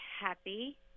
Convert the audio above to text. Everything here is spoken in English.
happy